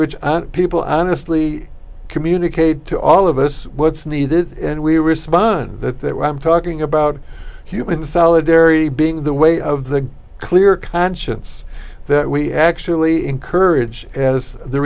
which people honestly communicate to all of us what's needed and we respond that that what i'm talking about human the solidarity being the way of the clear conscience that we actually encourage as the